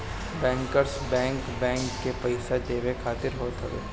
bankers bank, bank के पईसा देवे खातिर होत हवे